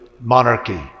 monarchy